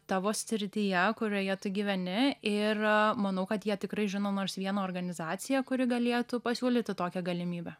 tavo srityje kurioje tu gyveni ir manau kad jie tikrai žino nors vieną organizaciją kuri galėtų pasiūlyti tokią galimybę